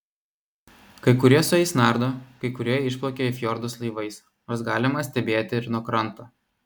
kai kurie su jais nardo kai kurie išplaukia į fjordus laivais nors galima stebėti ir nuo kranto